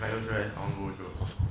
my girlfriend all go also